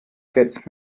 gets